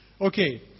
okay